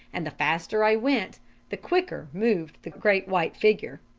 and the faster i went the quicker moved the great white figure.